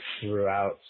throughout